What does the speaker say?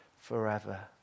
forever